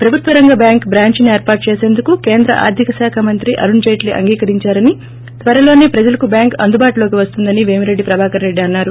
ప్రభుత్వ రంగ బ్యాంక్ ట్రాంచిని ఏర్పాటు చేసేందుకు కేంద్ర ఆర్గిక శాఖ మంత్రి అరుణ్ జైట్లీ అంగీకరించారని త్వరలోనే ప్రజలకు బ్యాంక్ అందుబాటులోకి వస్తుందని పేమిరెడ్డి ప్రభాకర్ రెడ్డి అన్నారు